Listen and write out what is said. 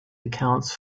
accounts